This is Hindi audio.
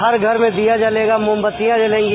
हर घर में दीया जलेगा मोमबत्तियां जलेंगी